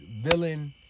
villain